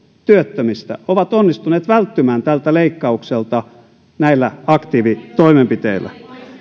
työttömistä on onnistunut välttymään tältä leikkaukselta näillä aktiivitoimenpiteillä